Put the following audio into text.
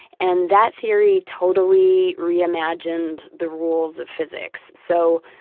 and that theory totally re-imagined the rules of physics. so,